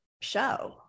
show